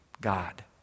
God